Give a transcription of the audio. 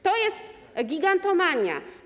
To jest gigantomania.